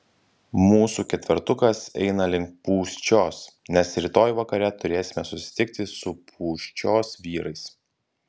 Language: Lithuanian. mūsų ketvertukas eina link pūščios nes rytoj vakare turėsime susitikti su pūščios vyrais